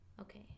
Okay